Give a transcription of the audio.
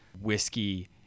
whiskey